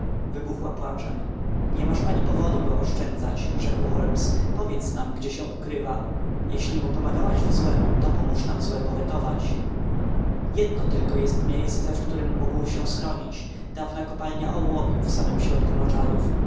wybuchła płaczem nie masz pani powodu go oszczędzać rzekł holmes powiedz nam gdzie się ukrywa jeśli mu pomagałaś w złem dopomóż nam złe powetować jedno jest tylko miejsce w którem mógł się schronić dawna kopalnia ołowiu w samym środku moczarów